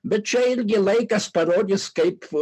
bet čia irgi laikas parodys kaip